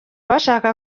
bashaka